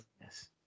Yes